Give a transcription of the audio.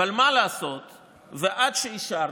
אבל מה לעשות שעד שאישרנו,